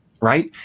right